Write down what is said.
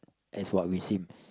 as what we seem